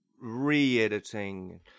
re-editing